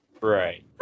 Right